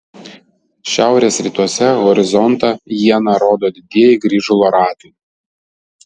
šiaurės rytuose horizontą iena rodo didieji grįžulo ratai